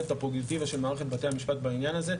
את הפררוגטיבה של מערכת בתי המשפט בעניין הזה,